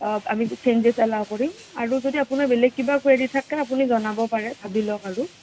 আমি changes allow কৰিম আৰু যদি আপোনাৰ বেলেগ কিবা কুৱেৰি থাকে আপুনি জনাব পাৰে ভাবি লওক আৰু